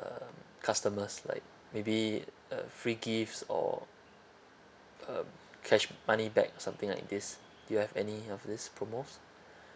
uh customers like maybe uh free gifts or uh cash money bag or something like this you have any of this promos